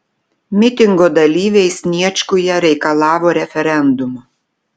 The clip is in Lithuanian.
mitingo dalyviai sniečkuje reikalavo referendumo